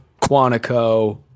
Quantico